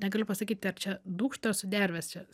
negaliu pasakyti ar čia dūkštos sudervės čia